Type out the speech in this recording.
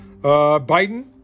Biden